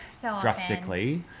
drastically